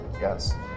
yes